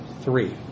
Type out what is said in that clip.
Three